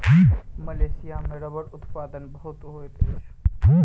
Malaysia में रबड़ उत्पादन बहुत होइत अछि